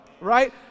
right